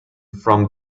from